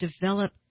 develop